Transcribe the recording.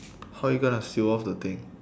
how you gonna seal off the thing